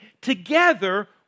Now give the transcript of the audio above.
Together